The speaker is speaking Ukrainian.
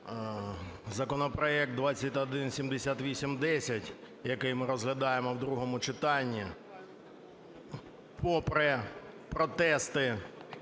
Законопроект 2178-10, який ми розглядаємо у другому читанні попри протести